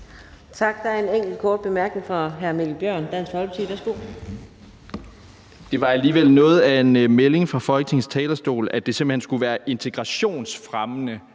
Dansk Folkeparti. Værsgo. Kl. 17:35 Mikkel Bjørn (DF): Det var alligevel noget af en melding fra Folketingets talerstol, at det simpelt hen skulle være »integrationsfremmende«,